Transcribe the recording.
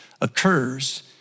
occurs